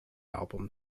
album